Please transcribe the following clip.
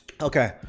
Okay